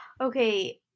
okay